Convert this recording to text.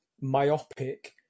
myopic